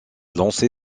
lancé